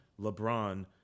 LeBron